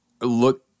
Look